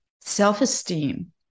self-esteem